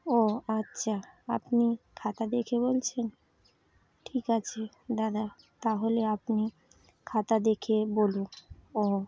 ও আচ্ছা আপনি খাতা দেখে বলছেন ঠিক আছে দাদা তাহলে আপনি খাতা দেখে বলুন ও